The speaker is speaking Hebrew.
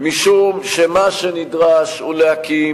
משום שמה שנדרש הוא להקים